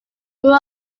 grew